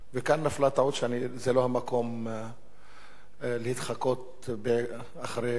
וכאן נפלה טעות שזה לא המקום להתחקות אחריה,